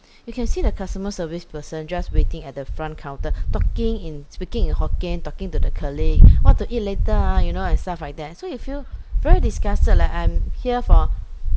you can see the customer service person just waiting at the front counter talking in speaking in hokkien talking to the colleague what to eat later ah you know and stuff like that so you feel very disgusted leh I'm here for